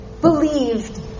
believed